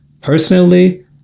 Personally